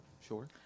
sure